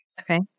Okay